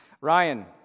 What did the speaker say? Ryan